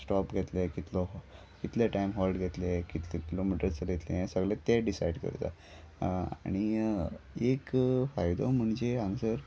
stop घेतले कितलो हो कितले टायम हॉल्ट घेतले कितले किलोमिटर चलयतले हें सगळें ते डिसायड करता आनी एक फायदो म्हणजे हांगसर